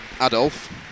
Adolf